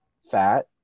fat